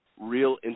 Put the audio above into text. real